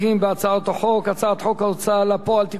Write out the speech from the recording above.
הצעת חוק ההוצאה לפועל (תיקון מס' 41),